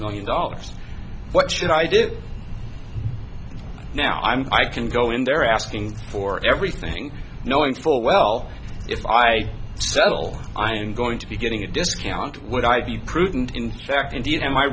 million dollars what should i do now i'm i can go in there asking for everything knowing full well if i settle i'm going to be getting a discount would i be prudent in fact indeed a